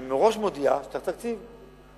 אני מראש מודיע שצריך תקציב.